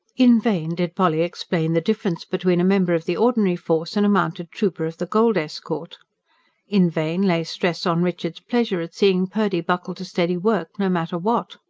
in vain did polly explain the difference between a member of the ordinary force and a mounted trooper of the gold-escort in vain lay stress on richard's pleasure at seeing purdy buckle to steady work, no matter what.